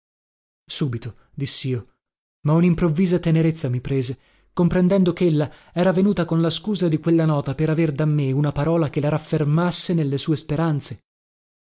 sorrise subito dissio ma unimprovvisa tenerezza mi prese comprendendo chella era venuta con la scusa di quella nota per aver da me una parola che la raffermasse nelle sue speranze